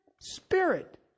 spirit